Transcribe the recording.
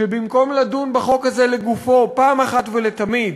שבמקום לדון בחוק הזה לגופו פעם אחת ולתמיד,